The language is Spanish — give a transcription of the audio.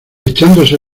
echándose